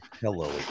hello